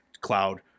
cloud